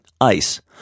ICE